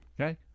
Okay